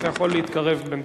אתה יכול להתקרב בינתיים.